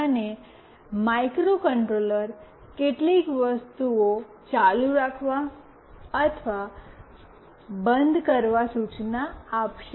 અને માઇક્રોકન્ટ્રોલર કેટલીક વસ્તુઓ ચાલુ રાખવા અથવા બંધ કરવા સૂચના આપશે